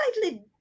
slightly